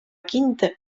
kindel